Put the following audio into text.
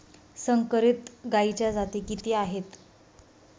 संकरित गायीच्या जाती किती आहेत?